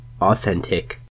authentic